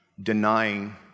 denying